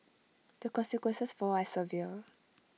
the consequences for are severe